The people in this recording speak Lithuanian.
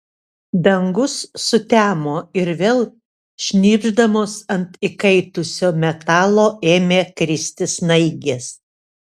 dangus sutemo ir vėl šnypšdamos ant įkaitusio metalo ėmė kristi snaigės